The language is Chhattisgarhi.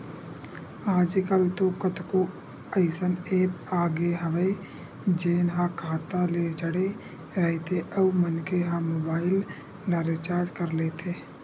आजकल तो कतको अइसन ऐप आगे हवय जेन ह खाता ले जड़े रहिथे अउ मनखे ह मोबाईल ल रिचार्ज कर लेथे